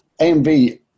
AMV